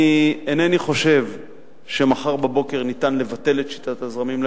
אני אינני חושב שמחר בבוקר ניתן לבטל את שיטת הזרמים,